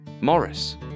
Morris